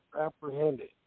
apprehended